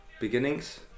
beginnings